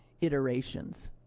iterations